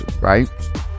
right